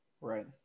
Right